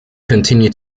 continue